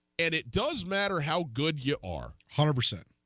and it does matter how good you are harbor saint